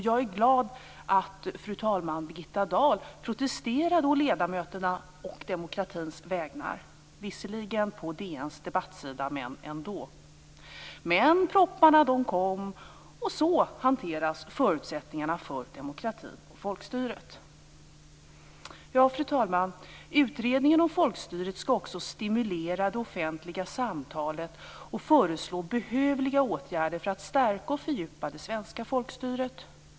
Jag är glad att fru talman Birgitta Dahl protesterade å ledamöternas och demokratins vägnar, visserligen på DN:s debattsida men ändå. Men propparna kom, och så hanteras förutsättningarna för demokratin och folkstyret. Fru talman! Utredningen om folkstyret skall också stimulera det offentliga samtalet och föreslå behövliga åtgärder för att stärka och fördjupa det svenska folkstyret.